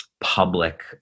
public